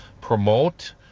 promote